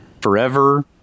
forever